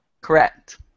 Correct